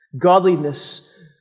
Godliness